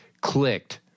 clicked